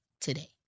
today